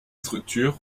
structures